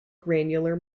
granular